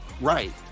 right